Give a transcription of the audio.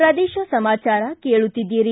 ಪ್ರದೇಶ ಸಮಾಚಾರ ಕೇಳುತ್ತೀದ್ದಿರಿ